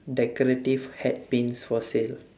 decorative hat pins for sale